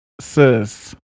Sis